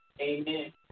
Amen